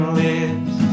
lips